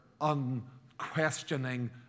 unquestioning